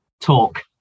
talk